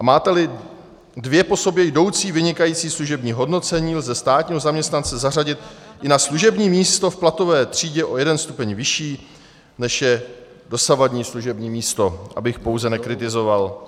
Máteli dvě po sobě jdoucí vynikající služební hodnocení, lze státního zaměstnance zařadit i na služební místo v platové třídě o jeden stupeň vyšší, než je dosavadní služební místo abych pouze nekritizoval.